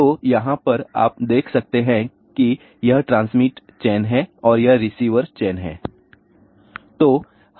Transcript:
तो यहाँ पर आप देख सकते हैं कि यह ट्रांसमिट चेन है और यह रिसीवर चेन है